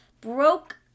broke